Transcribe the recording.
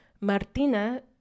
Martina